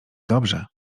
dobrze